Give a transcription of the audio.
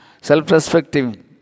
self-respective